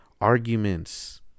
Arguments